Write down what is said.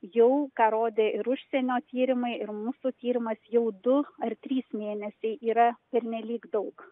jau ką rodė ir užsienio tyrimai ir mūsų tyrimas jau du ar trys mėnesiai yra pernelyg daug